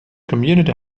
community